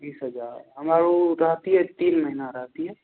बीस हजार हमरा रहतियै तीन महिना रहतियै